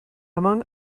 among